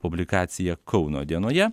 publikacija kauno dienoje